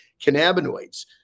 cannabinoids